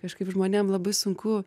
kažkaip žmonėm labai sunku